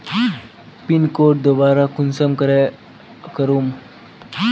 Pin code दोबारा कुंसम करे करूम?